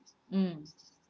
mm